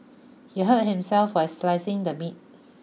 he hurt himself while slicing the meat